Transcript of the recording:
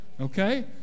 Okay